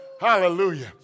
Hallelujah